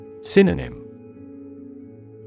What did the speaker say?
Synonym